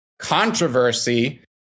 controversy